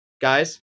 Guys